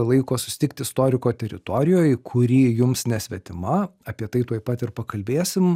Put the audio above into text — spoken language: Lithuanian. laiko susitikt istoriko teritorijoj kuri jums nesvetima apie tai tuoj pat ir pakalbėsim